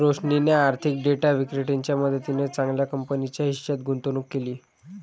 रोशनीने आर्थिक डेटा विक्रेत्याच्या मदतीने चांगल्या कंपनीच्या हिश्श्यात गुंतवणूक केली